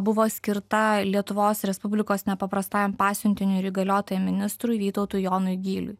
buvo skirta lietuvos respublikos nepaprastajam pasiuntiniui ir įgaliotajam ministrui vytautui jonui gyliui